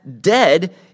dead